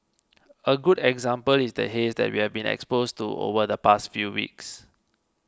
a good example is the haze that we have been exposed to over the past few weeks